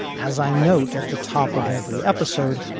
as i note at the top of every episode,